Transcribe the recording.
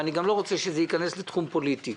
ואני גם לא רוצה שזה ייכנס לתחום פוליטי.